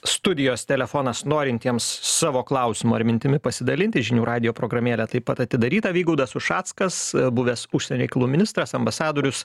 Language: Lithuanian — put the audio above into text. studijos telefonas norintiems savo klausimu ar mintimi pasidalinti žinių radijo programėlė taip pat atidaryta vygaudas ušackas buvęs užsienio reikalų ministras ambasadorius